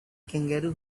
kangaroo